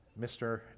Mr